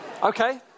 Okay